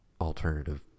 alternative